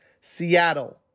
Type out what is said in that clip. Seattle